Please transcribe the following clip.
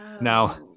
Now